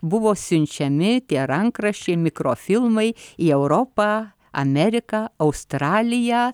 buvo siunčiami tie rankraščiai mikrofilmai į europą ameriką australiją